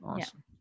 awesome